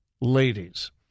ladies